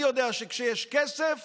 אני יודע שכשיש כסף